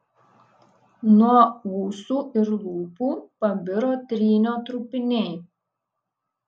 nuo ūsų ir lūpų pabiro trynio trupiniai